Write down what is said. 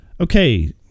Okay